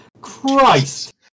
Christ